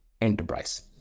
enterprise